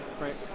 right